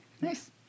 Nice